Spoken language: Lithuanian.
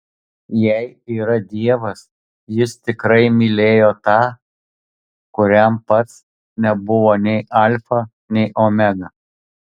jei yra dievas jis tikrai mylėjo tą kuriam pats nebuvo nei alfa nei omega